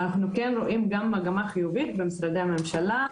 אבל אנחנו כן רואים גם מגמה חיובית במשרדי הממשלה,